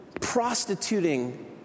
prostituting